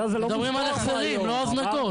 מדברים על החזרים לא הזנקות.